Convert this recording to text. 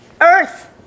earth